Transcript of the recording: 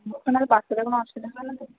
ওখানে বাচ্চাদের কোনো অসুবিধা হবে না তো